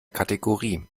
kategorie